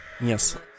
Yes